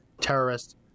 terrorist